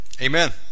Amen